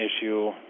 issue